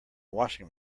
washing